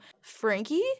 Frankie